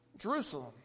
Jerusalem